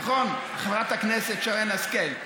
נכון, חברת הכנסת שרן השכל?